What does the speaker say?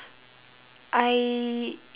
I